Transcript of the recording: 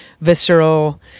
visceral